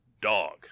Dog